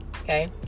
okay